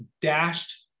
dashed